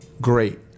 great